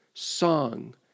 song